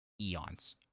eons